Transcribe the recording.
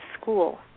school